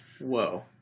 Whoa